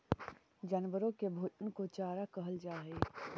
जानवरों के भोजन को चारा कहल जा हई